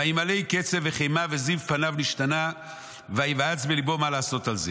וימלא קצף וחמה וזיו פניו נשתנה וייוועץ בליבו מה לעשות על זה.